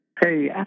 Hey